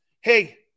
Hey